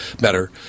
better